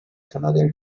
canadian